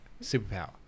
superpower